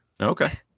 Okay